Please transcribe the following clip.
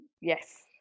Yes